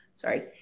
Sorry